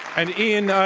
and ian,